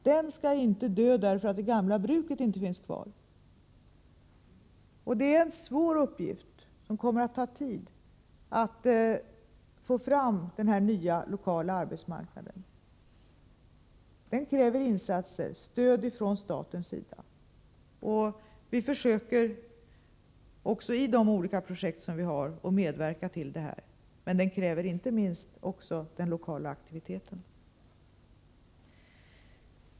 Den skall inte dö därför att det gamla bruket inte finns kvar! Det är en svår uppgift och det kommer att ta tid att få fram en ny, lokal arbetsmarknad. Det kräver insatser, stöd, från statens sida. Vi försöker också i de olika projekt vi har att medverka till detta, men det kräver också och inte minst lokal aktivitet.